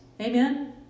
Amen